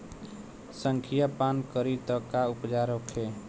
संखिया पान करी त का उपचार होखे?